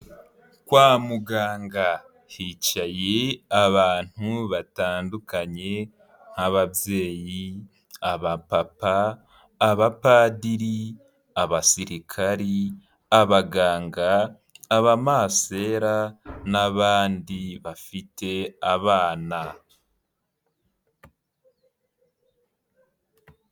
Kwa muganga hicaye abantu batandukanye nk'ababyeyi, abapapa, abapadiri, abasirikari, abaganga, abamasera n'abandi bafite abana.